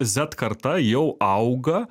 zet karta jau auga